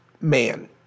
man